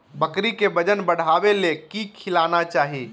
बकरी के वजन बढ़ावे ले की खिलाना चाही?